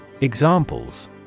Examples